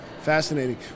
fascinating